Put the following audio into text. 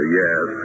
yes